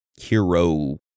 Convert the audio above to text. hero